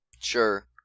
Sure